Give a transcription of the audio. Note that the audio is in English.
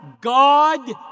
God